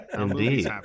Indeed